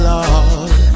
Lord